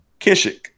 Kishik